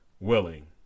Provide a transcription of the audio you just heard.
willing